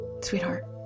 Sweetheart